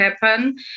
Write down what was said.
happen